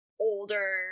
older